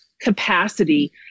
capacity